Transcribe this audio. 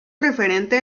referente